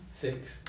six